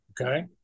okay